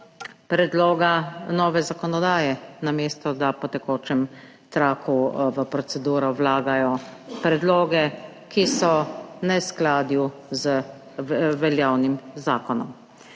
predloga nove zakonodaje, namesto da po tekočem traku v proceduro vlagajo predloge, ki so v neskladju z veljavnim zakonom.